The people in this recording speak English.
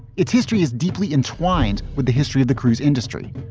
its history is deeply entwined with the history of the cruise industry,